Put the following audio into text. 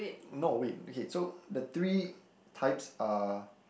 no wait okay so the three types are